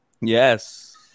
Yes